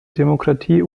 demokratie